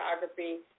photography